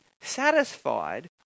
satisfied